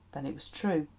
then it was true!